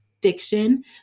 diction